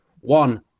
one